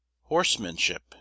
Horsemanship